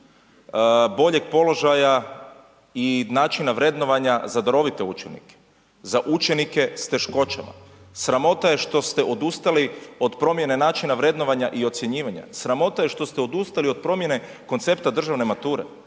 boljeg položaja i načina vrednovanja za darovite učenike, za učenike sa teškoćama, sramota je što ste odustali od promjene načina vrednovanja i ocjenjivanja, sramota je što ste odustali od promjene koncepta državne mature,